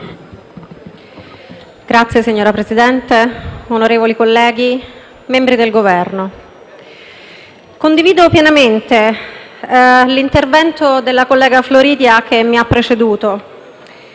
*(M5S)*. Signor Presidente, onorevoli colleghi, membri del Governo, condivido pienamente l'intervento della collega Floridia che mi ha preceduto.